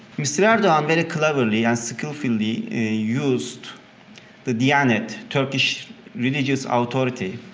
mr. erdogan very cleverly and skillfully used the diyanet, turkish religious authority,